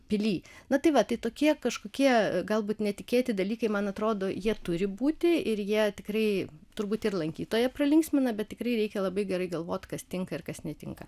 pily na tai va tai tokie kažkokie galbūt netikėti dalykai man atrodo jie turi būti ir jie tikrai turbūt ir lankytoją pralinksmina bet tikrai reikia labai gerai galvot kas tinka ir kas netinka